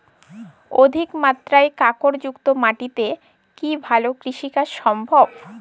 অধিকমাত্রায় কাঁকরযুক্ত মাটিতে কি ভালো কৃষিকাজ সম্ভব?